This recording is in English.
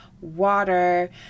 water